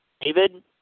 David